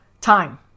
time